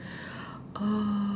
uh